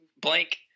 blank